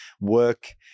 work